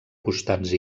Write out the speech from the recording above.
costats